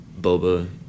boba